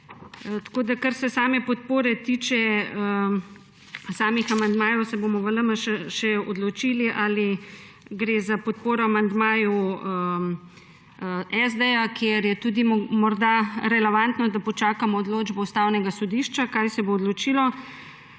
tudi drži. Kar se same podpore amandmajev tiče, se bomo v LMŠ še odločili, ali gre za podporo amandmaju SD, kjer je tudi morda relevantno, da počakamo odločbo Ustavnega sodišča, kaj se bo odločilo,